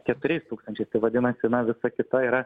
keturiais tūkstančiais tai vadinasi na visa kita yra